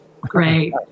Great